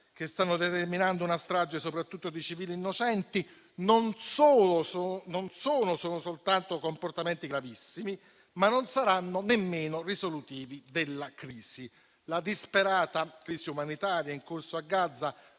che stanno determinando una strage, soprattutto di civili innocenti non sono soltanto comportamenti gravissimi, ma non saranno nemmeno risolutivi della crisi. La disperata crisi umanitaria in corso a Gaza